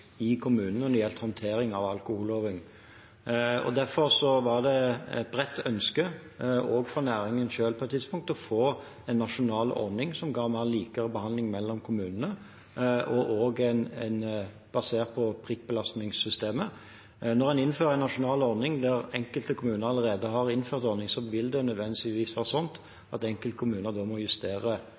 i kommunene når det gjaldt håndtering av alkoholloven. Derfor var det et bredt ønske om, også fra næringen selv på et tidspunkt, å få en nasjonal ordning som ga mer lik behandling i kommunene, basert på prikkbelastningssystemet. Når en innfører en nasjonal ordning der enkelte kommuner allerede har innført en ordning, vil det nødvendigvis bli slik at enkelte kommuner da må justere